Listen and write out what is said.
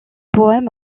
poèmes